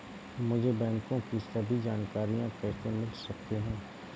मुझे बैंकों की सभी जानकारियाँ कैसे मिल सकती हैं?